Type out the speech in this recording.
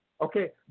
Okay